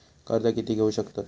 कर्ज कीती घेऊ शकतत?